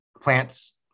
Plants